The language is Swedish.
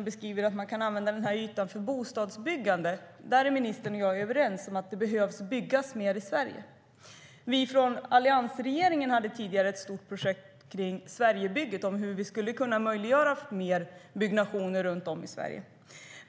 beskriver ministern att man kan använda den ytan för bostadsbyggande. Där är jag och ministern överens - det behöver byggas mer i Sverige. Vi från alliansregeringen hade tidigare ett stort projekt, Sverigebygget, om hur vi skulle kunna möjliggöra mer byggnation runt om i Sverige.